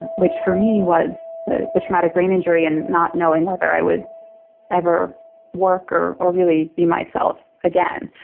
which for me was the the traumatic brain injury and not knowing whether i would ever work or or really be myself again.